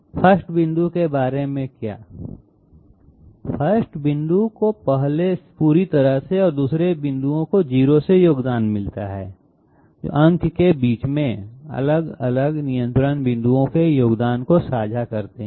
1st बिंदु के बारे में क्या 1st बिंदु को पहले बिंदु से पूरी तरह से और दूसरे बिंदुओं 0 से योगदान मिलता है अंक के बीच में अलग अलग नियंत्रण बिंदुओं के योगदान को साझा करते हैं